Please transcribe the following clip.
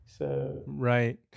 Right